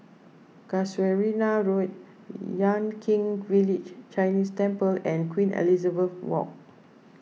Casuarina Road Yan Kit Village Chinese Temple and Queen Elizabeth Walk